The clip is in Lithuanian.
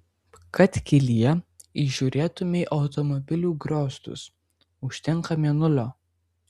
kad kelyje įžiūrėtumei automobilių griozdus užtenka mėnulio